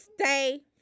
Stay